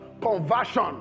conversion